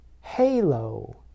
Halo